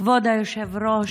כבוד היושב-ראש,